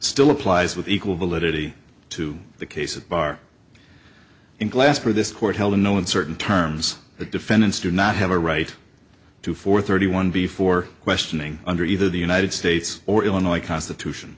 still applies with equal validity to the case of bar in glasgow or this court held in no uncertain terms that defendants do not have a right to four thirty one before questioning under either the united states or illinois constitution